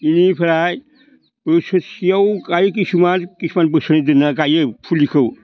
इनिफ्राय बोसोरसेयाव गायो खिसुमान बोसोरनै दोनना गायो फुलिखौ